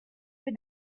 with